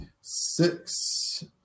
Six